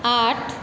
আট